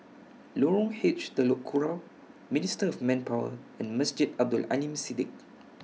Lorong H Telok Kurau Ministry of Manpower and Masjid Abdul Aleem Siddique